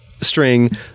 string